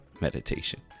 meditation